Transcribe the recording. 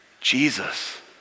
Jesus